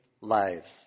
lives